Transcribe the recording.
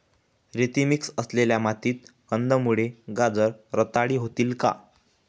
रेती मिक्स असलेल्या मातीत कंदमुळे, गाजर रताळी होतील का?